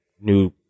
new